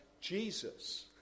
Jesus